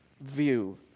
view